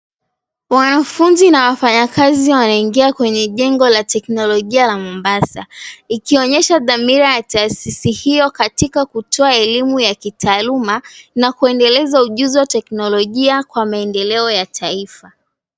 Mwanafunzi na wafanyikazi wanaingia kwenye jengo la teknolojia la Mombasa. Ikionyesha dhamira ya taasisi hiyo katika kutoa elimu ya kitaaluma na kuendeleza ujuzi wa teknolojia kwa maendeleo ya taifa.